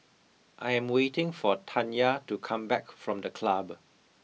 I am waiting for Tanya to come back from the club